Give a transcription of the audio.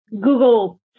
Google